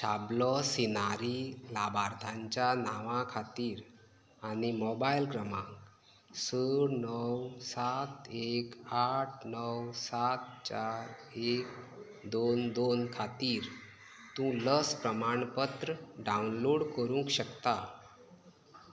शाबलो सिनारी लाभार्थांच्या नांवा खातीर आनी मोबायल क्रमांक स णव सात एक आठ णव सात चार एक दोन दोन खातीर तूं लस प्रमाणपत्र डावनलोड करूंक शकता